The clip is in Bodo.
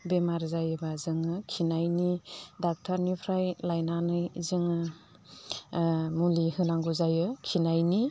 बेमार जायोब्ला जोङो खिनायनि ड'क्टरनिफ्राय लायनानै जोङो मुलि होनांगौ जायो खिनायनि